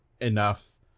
Enough